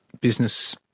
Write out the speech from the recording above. business